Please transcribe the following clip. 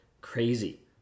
crazy